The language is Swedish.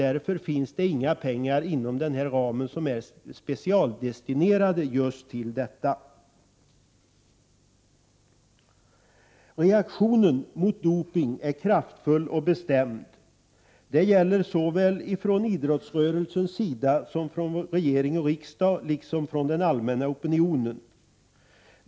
Därför är inga pengar specialdestinerade till detta. Reaktionen mot dopning är kraftfull och bestämd såväl från idrottsrörelsens sida som från regeringens och riksdagens liksom från den allmänna opinionens.